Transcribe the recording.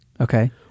Okay